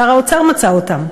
שר האוצר מצא אותם: